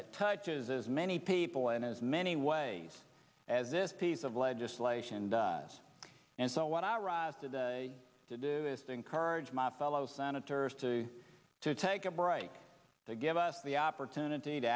that touches as many people and as many ways as this piece of legislation does and so what i arrived today to do is to encourage my fellow senators to take a break to give us the opportunity to